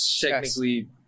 technically